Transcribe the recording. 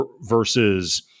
versus